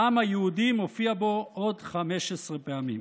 "העם היהודי" מופיע בה עוד 15 פעמים.